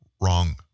wrong